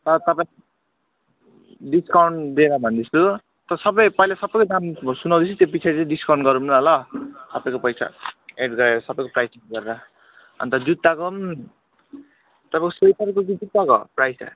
तर तपाईँ डिस्काउन्ट दिएर भन्दैछु त्यो सबै पहिला सबैको दाम म सुनाउँदैछु त्यो पछाडि चाहिँ डिस्काउन्ट गरौँ न ल सबैको पैसा एड गरेर सबैको प्राइज गरेर अन्त जुत्ताको पनि तपाईँको स्लिपरको चाहिँ कहाँ गयो प्राइज ट्याग